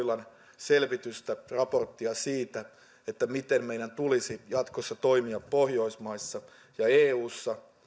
jorma ollilan selvitystä raporttia siitä siitä miten meidän tulisi jatkossa toimia pohjoismaissa ja eussa